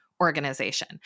organization